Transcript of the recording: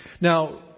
Now